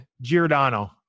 Giordano